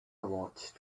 watched